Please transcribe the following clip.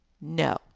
no